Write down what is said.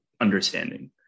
understanding